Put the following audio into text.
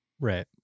Right